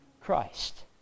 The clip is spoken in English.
Christ